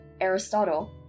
Aristotle